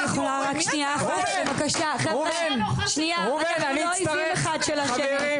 שנייה, אנחנו לא אויבים אחד של השני.